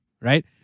right